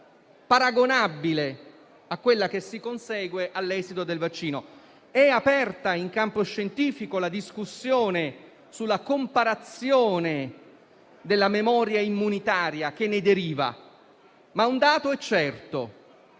paragonabile a quella che si consegue all'esito del vaccino. È aperta in campo scientifico la discussione sulla comparazione della memoria immunitaria che ne deriva, ma un dato è certo: